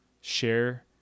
share